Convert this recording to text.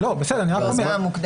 בסדר, נו, אז מה?